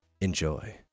Enjoy